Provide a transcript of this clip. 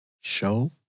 Show